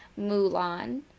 Mulan